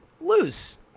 lose